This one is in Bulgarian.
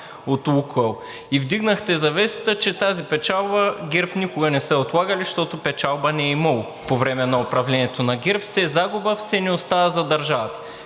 от „Лукойл“ и вдигнахте завесата, че тази печалба ГЕРБ никога не са я отлагали, защото печалба не е имало. По време на управлението на ГЕРБ – все загуба, все не остава за държавата.